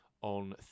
on